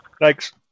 Thanks